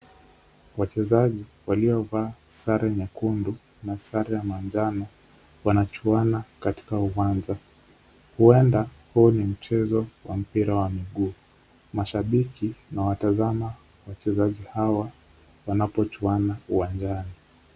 Wachezaji waliovaa sare nyekundu na sare ya manjano wanachuana katika uwanja, huenda huu ni mchezo wa mpira wa miguu, mashabiki wanawatazama wachezaji hao wanapochuana uwanjani.